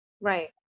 right